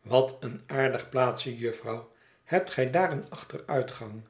wat een aardig plaatsje jufvrouw hebt gij daar een achteruitgang